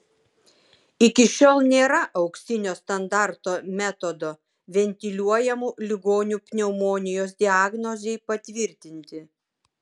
iki šiol nėra auksinio standarto metodo ventiliuojamų ligonių pneumonijos diagnozei patvirtinti